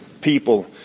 people